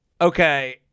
Okay